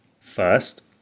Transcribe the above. First